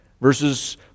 verses